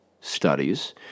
studies